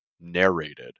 narrated